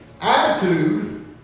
Attitude